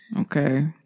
Okay